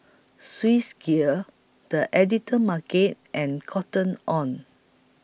Swissgear The Editor's Market and Cotton on